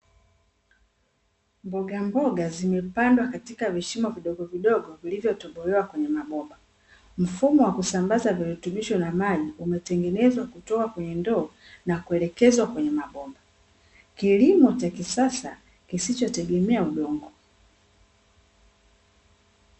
Mbogamboga zimepandwa katika vishimo vidogo vidogo vilivyotobolewa kwenye mabomba. Mfumo wa kusambaza virutubisho na maji umetengezwa kutoa kwenye ndoo na kuelekezwa kwenye mabomba, kilimo cha kisasa kisichotegemea udongo.